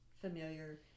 familiar